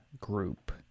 group